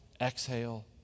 exhale